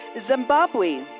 Zimbabwe